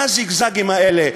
מה הזיגזגים האלה?